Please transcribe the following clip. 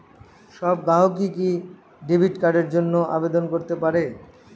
সব গ্রাহকই কি ডেবিট কার্ডের জন্য আবেদন করতে পারে?